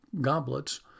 goblets